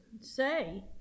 say